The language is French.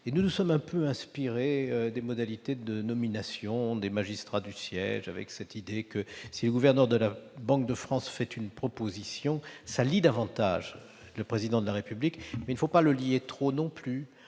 nous nous sommes un peu inspirés des modalités de nomination des magistrats du siège. Nous avons estimé que, si le gouverneur de la Banque de France fait une proposition, la procédure lie davantage le Président de la République. Mais il ne faut pas trop le lier non plus.